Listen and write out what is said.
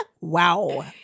Wow